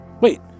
Wait